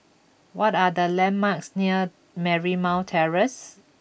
what are the landmarks near Marymount Terrace